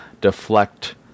deflect